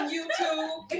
YouTube